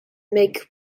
make